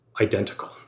identical